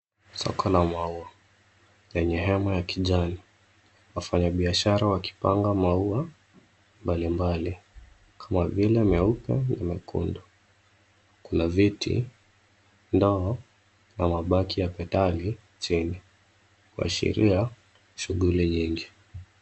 Soko la maua lenye hema ya kijani. Wafanyibiashara wakipanga maua mbalimbali kama vile meupe na mekundu. Kuna viti, ndoo na mabaki ya medali chini, kuashiria shughuli nyingi.